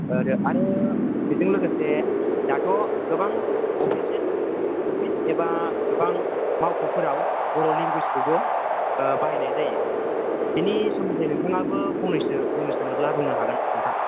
आरो बेजों लोगोसे दाथ' गोबां अफिसेस अफिस एबा गोबां मावख'फोराव बर' लेंगुवेजखौबो बाहायनाय जायो बेनि सोमोन्दै नोंथाङाबो फंनैसो बुंनो सानोब्ला बुंनो हागोन नोंथां